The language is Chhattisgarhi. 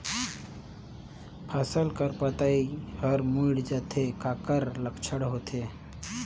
फसल कर पतइ हर मुड़ जाथे काकर लक्षण होथे?